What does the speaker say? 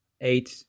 eight